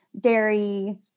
dairy